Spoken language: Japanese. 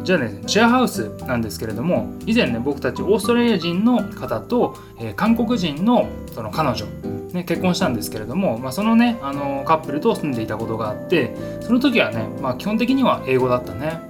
じゃあね、シェアハウスなんですけれども、以前ね、僕たちオーストラリア人の方と、えー、韓国人のその彼女、ね、結婚したんですけれども、まあ、そのね、あのー、カップルと住んでいたことがあって、その時はね、まあ、基本的には英語だったね。